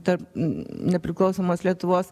tarp nepriklausomos lietuvos